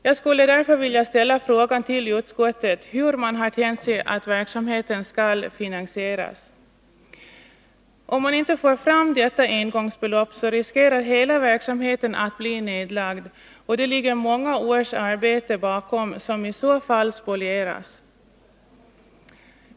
Jag skulle därför vilja fråga utskottet hur man har tänkt sig att verksamheten skall finansieras. Om man inte får fram detta engångsbelopp, riskerar hela verksamheten att bli nedlagd, och det ligger många års arbete bakom det som i så fall spolieras.